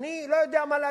אני לא יודע מה להגיד,